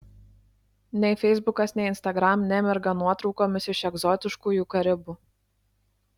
nei feisbukas nei instagram nemirga nuotraukomis iš egzotiškųjų karibų